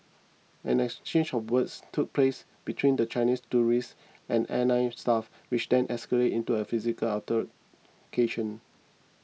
an exchange of words took place between the Chinese tourists and airline staff which then escalated into a physical altercation